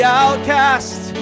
outcast